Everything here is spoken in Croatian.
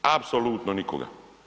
Apsolutno nikoga.